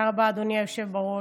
תודה רבה, אדוני היושב בראש.